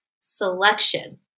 selection